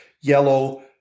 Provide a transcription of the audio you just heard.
yellow